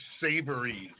savory